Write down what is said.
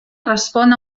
respon